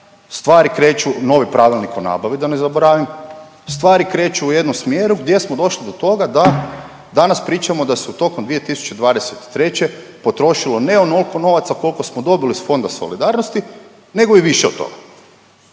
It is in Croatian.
stvari kreću u jednom smjeru gdje smo došli do toga da danas pričamo da su tokom 2023. potrošilo ne onolko novaca kolko smo dobili iz Fonda solidarnosti nego i više od toga.